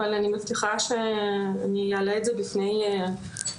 אבל אני מבטיחה שאני אעלה את זה בפני גם